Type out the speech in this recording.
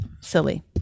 silly